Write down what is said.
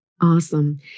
Awesome